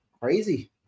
crazy